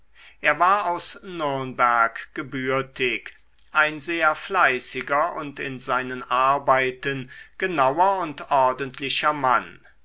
er war aus nürnberg gebürtig ein sehr fleißiger und in seinen arbeiten genauer und ordentlicher mann